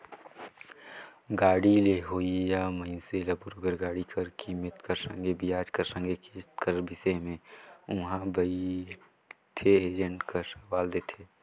गाड़ी लेहोइया मइनसे ल बरोबेर गाड़ी कर कीमेत कर संघे बियाज कर संघे किस्त कर बिसे में उहां बइथे एजेंट हर सलाव देथे